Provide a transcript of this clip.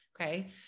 Okay